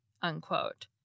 unquote